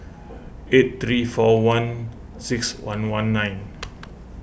eight three four one six one one nine